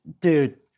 dude